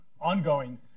ongoing